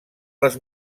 les